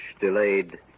delayed